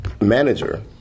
manager